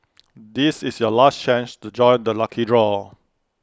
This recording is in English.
this is your last chance to join the lucky draw